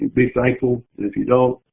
be thankful, and if you don't